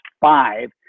five